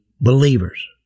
believers